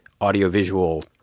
audiovisual